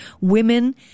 Women